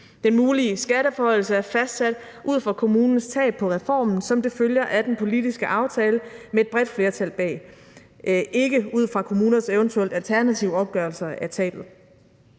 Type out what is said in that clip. Den mulige skatteforhøjelse er fastsat ud fra kommunens tab på reformen, som det følger af den politiske aftale med et bredt flertal bag, og ikke ud fra kommuners eventuelle alternative opgørelse af tabet.